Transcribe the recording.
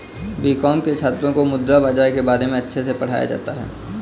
BCom के छात्रों को मुद्रा बाजार के बारे में अच्छे से पढ़ाया जाता है